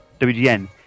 WGN